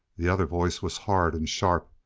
the other voice was hard and sharp.